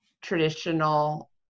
traditional